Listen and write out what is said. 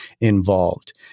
involved